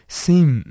seem